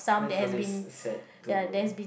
that's always sad to